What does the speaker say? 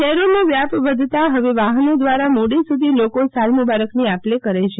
શહેરોનો વ્યાપ વધતા હવે વાહનો દ્વારા મોડે સુધી લોકો સાલ મુબારકની આપ લે કરે છે